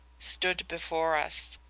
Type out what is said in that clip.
stood before us.